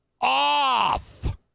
off